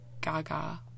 Gaga